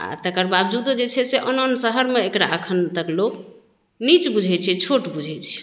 आ तकर बावजूदो जे छै से आन आन शहरमे एकरा एखन तक लोक नीच बुझैत छै छोट बुझैत छै